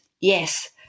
yes